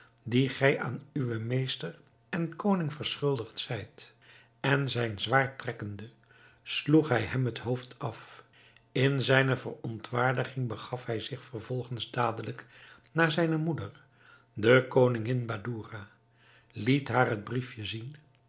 die gij aan uwen meester en koning verschuldigd zijt en zijn zwaard trekkende sloeg hij hem het hoofd af in zijne verontwaardiging begaf hij zich vervolgens dadelijk naar zijne moeder de koningin badoura liet haar het briefje zien